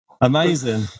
Amazing